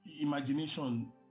imagination